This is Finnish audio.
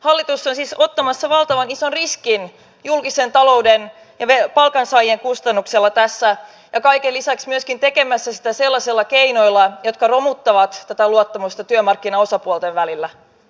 hallitus on siis ottamassa valtavan ison riskin julkisen talouden ja palkansaajien kustannuksella tässä ja kaiken lisäksi myöskin tekemässä sitä sellaisilla keinoilla jotka romuttavat tätä luottamusta työmarkkinaosapuolten välillä